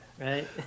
right